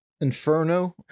inferno